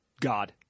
God